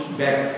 back